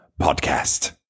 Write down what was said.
Podcast